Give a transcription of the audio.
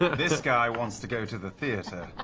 this guy wants to go to the theater.